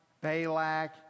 Balak